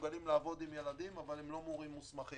שמסוגלים לעבוד עם ילדים אבל הם לא מורים מוסמכים.